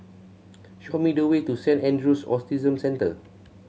show me the way to Saint Andrew's Autism Centre